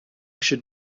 should